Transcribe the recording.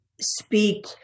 speak